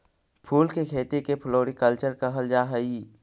फूल के खेती के फ्लोरीकल्चर कहल जा हई